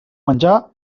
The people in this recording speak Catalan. menjar